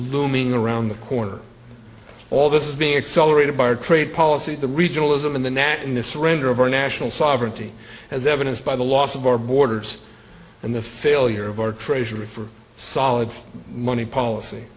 looming around the corner all this is being accelerated by our trade policy the regionalism and the nat in the surrender of our national sovereignty as evidenced by the loss of our borders and the failure of our treasury for solid money policy